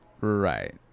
Right